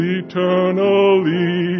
eternally